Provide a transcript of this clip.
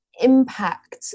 impact